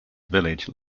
village